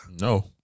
No